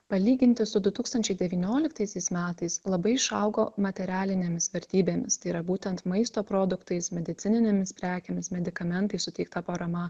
palyginti su du tūkstančiai devynioliktaisiais metais labai išaugo materialinėmis vertybėmis tai yra būtent maisto produktais medicininėmis prekėmis medikamentais suteikta parama